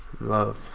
love